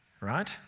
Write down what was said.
right